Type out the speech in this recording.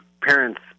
parents